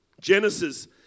Genesis